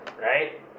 right